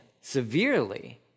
severely